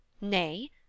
Nay